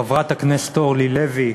חברת הכנסת אורלי לוי,